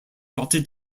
dotted